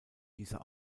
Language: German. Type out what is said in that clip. dieser